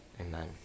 amen